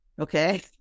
okay